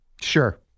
Sure